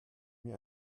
mir